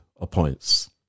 appoints